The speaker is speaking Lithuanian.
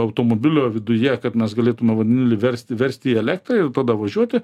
automobilio viduje kad mes galėtume vandenilį versti versti į elektrą ir tada važiuoti